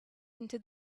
into